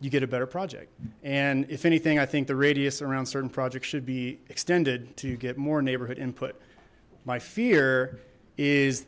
you get a better project and if anything i think the radius around certain project should be extended to get more neighborhood input my fear is